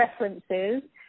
references